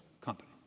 Company